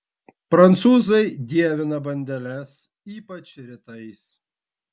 prancūzai dievina bandeles ypač rytais